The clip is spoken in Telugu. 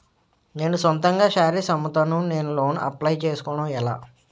నేను సొంతంగా శారీస్ అమ్ముతాడ, నేను లోన్ అప్లయ్ చేసుకోవడం ఎలా?